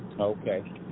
Okay